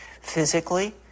physically